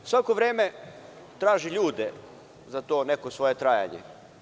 Svako vreme traži ljude za to neko svoje trajanje.